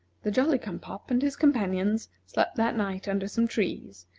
the jolly-cum-pop and his companions slept that night under some trees,